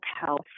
health